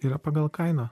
yra pagal kainą